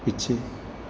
ਪਿੱਛੇ